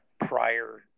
prior